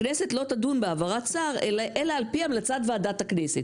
הכנסת לא תדון בהעברת שר אלא על-פי המלצת ועדת הכנסת.